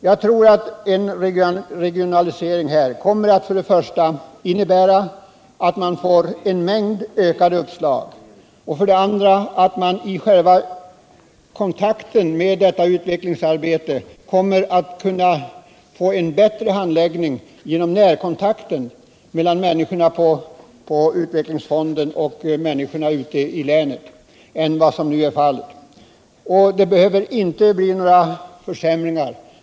Jag tror att en regionalisering kommer att innebära att man får en mängd nya uppslag och att man i själva detta utvecklingsarbete kommer att få en bättre handläggning genom närkontakten mellan utvecklingsfonden och människorna ute i länet än vad som nu är fallet. Det behöver inte bli några försämringar.